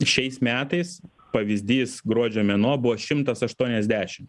šiais metais pavyzdys gruodžio mėnuo buvo šimtas aštuoniasdešim